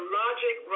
logic